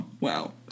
Wow